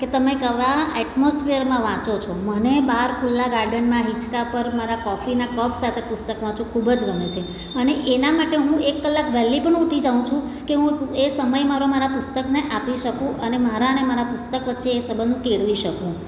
કે તમે કેવા એટમોસફીયરમાં વાંચો છો મને બહાર ખુલ્લા ગાર્ડનમાં હીંચકા પર મારા કોફીના કપ સાથે પુસ્તક વાંચવુ ખૂબ જ ગમે છે અને એના માટે હું એક કલાક વહેલી પણ ઉઠી જાઉં છું કે હું એ સમય મારો મારા પુસ્તકને આપી શકું અને મારા અને મારા પુસ્તક વચ્ચે એ સબંધ કેળવી શકું